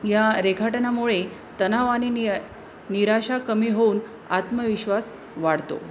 या रेखाटनामुळे तणाव आणि निया निराशा कमी होऊन आत्मविश्वास वाढतो